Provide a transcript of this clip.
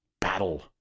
battle